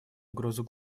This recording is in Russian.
угрозу